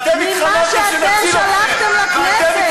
מכם, ממה שאתם שלחתם לכנסת.